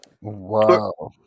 Wow